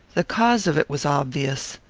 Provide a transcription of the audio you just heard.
the cause of it was obvious.